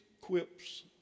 quips